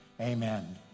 amen